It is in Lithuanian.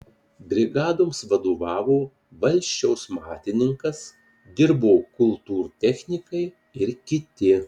brigadoms vadovavo valsčiaus matininkas dirbo kultūrtechnikai ir kiti